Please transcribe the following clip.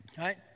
right